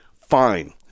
Fine